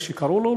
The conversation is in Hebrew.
איך שקראו לו,